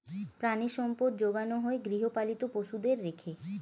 প্রাণিসম্পদ যোগানো হয় গৃহপালিত পশুদের রেখে